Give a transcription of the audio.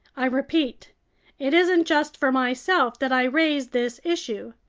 i repeat it isn't just for myself that i raise this issue.